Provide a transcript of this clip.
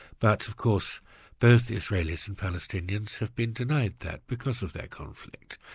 but of course both israelis and palestinians have been denied that because of their conflict.